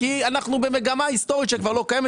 כי אנחנו במגמה היסטורית שכבר לא קיימת